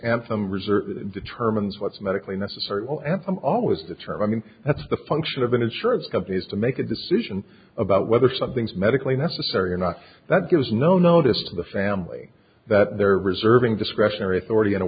some reserve determines what's medically necessary well and i'm always determining that's the function of an insurance companies to make a decision about whether something's medically necessary or not that gives no notice to the family that they're reserving discretionary authority in a